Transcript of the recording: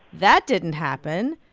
that didn't happen.